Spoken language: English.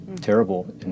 terrible